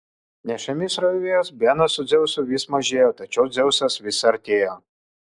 nešami srovės benas su dzeusu vis mažėjo tačiau dzeusas vis artėjo